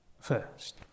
first